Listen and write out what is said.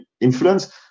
influence